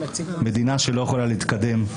מדינה שלא יכולה להתקדם,